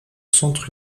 centre